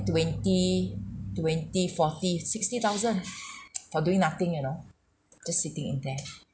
twenty twenty forty sixty thousand for doing nothing you know just sitting in there